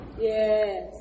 Yes